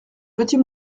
petit